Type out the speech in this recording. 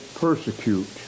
persecute